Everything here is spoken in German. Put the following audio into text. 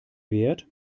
wert